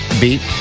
Beat